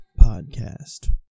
podcast